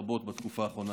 רבות בתקופה האחרונה.